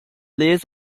these